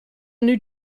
new